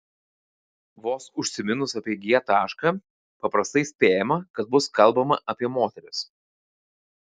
vos užsiminus apie g tašką paprastai spėjama kad bus kalbama apie moteris